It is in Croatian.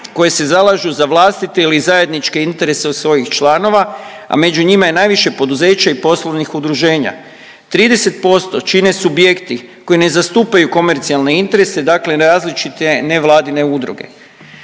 koji se zalažu za vlastite ili zajedničke interese od svojih članova, a među njima je najviše poduzeća i poslovnih udruženja. 30% čine subjekti koji ne zastupaju komercijalne interese, dakle različite nevladine udruge.